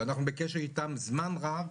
שאנחנו בקשר איתם זמן רב,